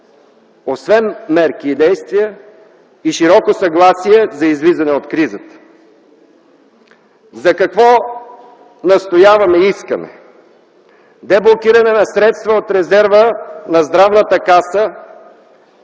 освен мерки и действия, и широко съгласие за излизане от кризата. За какво настояваме и искаме? Деблокиране на средства от резерва на Здравната каса